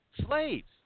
slaves